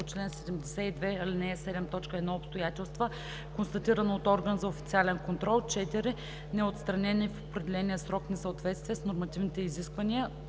чл. 72, ал. 7, т. 1 обстоятелства, констатирано от орган за официален контрол; 4. неотстранени в определения срок несъответствия с нормативните изисквания.